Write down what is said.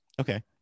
Okay